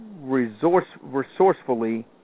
resourcefully